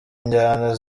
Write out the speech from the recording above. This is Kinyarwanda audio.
injyana